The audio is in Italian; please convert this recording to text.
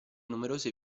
numerose